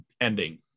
ending